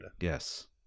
Yes